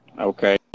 okay